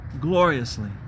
gloriously